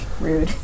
Rude